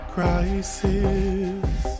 Crisis